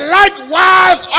likewise